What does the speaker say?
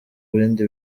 bindi